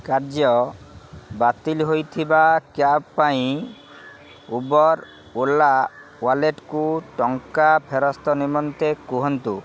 କାର୍ଯ୍ୟ ବାତିଲ ହୋଇଥିବା କ୍ୟାବ୍ ପାଇଁ ଉବର୍ ଓଲା ୱାଲେଟ୍କୁ ଟଙ୍କା ଫେରସ୍ତ ନିମନ୍ତେ କୁହନ୍ତୁ